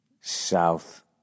south